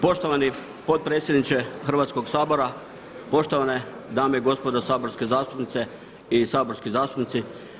Poštovani potpredsjedniče Hrvatskog sabora, poštovane dame i gospodo saborske zastupnice i saborski zastupnici.